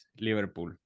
Liverpool